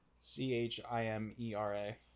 C-H-I-M-E-R-A